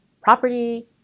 property